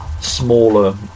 smaller